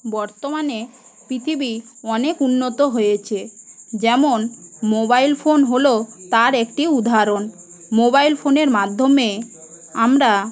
বর্তমানে পৃথিবী অনেক উন্নত হয়েছে যেমন মোবাইল ফোন হল তার একটি উদাহরণ মোবাইল ফোনের মাধ্যমে আমরা